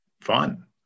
fun